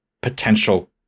potential